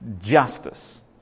justice